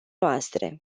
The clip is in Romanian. noastre